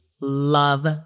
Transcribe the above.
Love